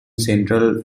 central